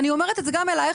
רק שנייה, סליחה, סליחה.